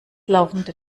laufende